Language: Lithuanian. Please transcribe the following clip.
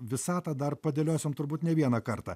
visatą dar padėliosim turbūt ne vieną kartą